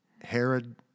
Herod